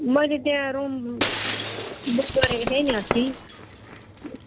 मैले त्यहाँ room book गरेको थिएँ नि अस्ति